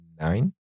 Nine